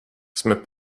jsme